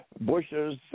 bushes